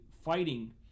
fighting